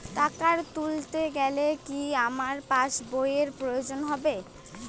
টাকা তুলতে গেলে কি আমার পাশ বইয়ের প্রয়োজন হবে?